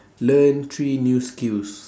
learn three new skills